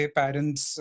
parents